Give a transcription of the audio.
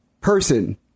person